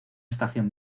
estación